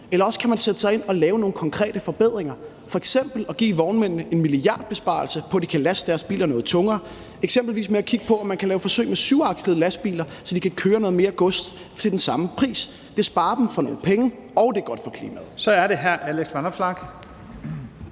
Eller man kan sætte sig ind og lave nogle konkrete forbedringer, f.eks. at give vognmændene en milliardbesparelse på, at de kan laste deres biler noget tungere, eksempelvis ved at kigge på, om man kan lave forsøg med syvakslede lastbiler, så de kan køre noget mere gods til den samme pris. Det sparer dem for nogle penge, og det er godt for klimaet. Kl. 10:52 Første næstformand